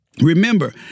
Remember